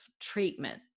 treatment